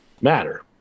matter